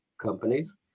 companies